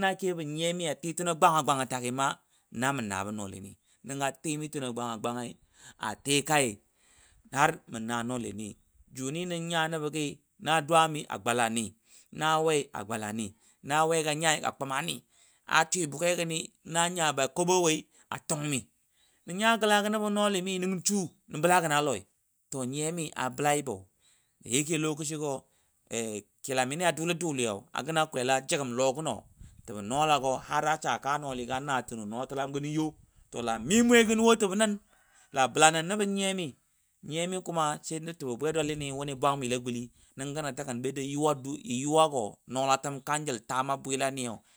na kebə nyiyami, a ɨɨəgo gwanga gwangatagɨ na mənaa bə noɨnɨ. Nənga ɨmɨ tə go gwanga gwangai, a tikai mə naa nALɨni, Juni nə nya nəbəgɨɨɨ na dwaami a gwalani na wei a gwalani, na we ga nyai a koma ni na swi buge gani, na nya ba a tungmɨ, nɔ ny gəla gə nəba nALɨ mɨ, nə nya gala gə nəbə nALɨ mɨ nəngən su nə bələ gənə Loi nyɨ Yamɨ abəlaibo kilamɨ niya doLi doLi yo, a gəria kwele jə gəm Lo gə no təbə nwala go asaa kaa nALiga naa təno. NA təlam gəni Yo, Mi mwe gən wo təbə nən. Laa bələ nən nə bə nyiyamɨ, nyi yamɨ təb bwe dwaLi nɨ wuni bwangami, le gulɨ, nən gənə tənə təgən bə dow yuwa "du" yuwa go, nALaɨəm kan jəL taama bwaiLa Nɨ yo